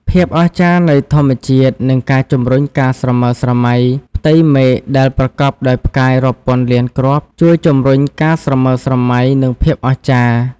ភាពអស្ចារ្យនៃធម្មជាតិ និងការជំរុញការស្រមើស្រមៃផ្ទៃមេឃដែលប្រកបដោយផ្កាយរាប់ពាន់លានគ្រាប់ ជួយជំរុញការស្រមើស្រមៃ និងភាពអស្ចារ្យ ។